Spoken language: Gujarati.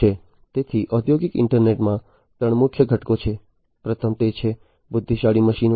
તેથી ઔદ્યોગિક ઈન્ટરનેટમાં ત્રણ મુખ્ય ઘટકો છે પ્રથમ તે છે બુદ્ધિશાળી મશીનો